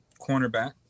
cornerback